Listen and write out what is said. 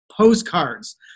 postcards